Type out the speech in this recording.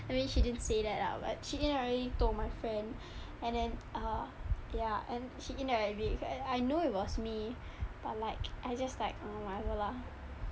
I mean she didn't say that lah but she didn't really told my friend and then uh ya and she indirect me I know it was me but like I just like mm whatever lah